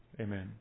Amen